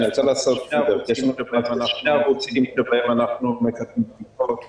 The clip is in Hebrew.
יש לנו את מערך הבדיקות --- לא,